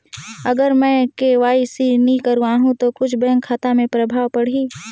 अगर मे के.वाई.सी नी कराहू तो कुछ बैंक खाता मे प्रभाव पढ़ी?